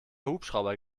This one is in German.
hubschrauber